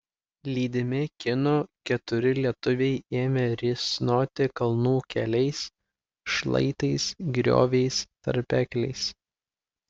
lydimi kinų keturi lietuviai ėmė risnoti kalnų keliais šlaitais grioviais tarpekliais